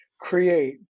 create